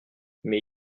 mais